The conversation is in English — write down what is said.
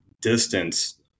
distance